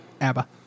ABBA